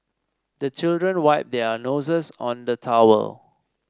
the children wipe their noses on the towel